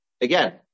again